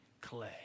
clay